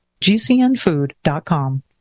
gcnfood.com